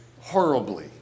horribly